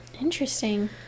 Interesting